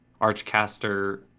archcaster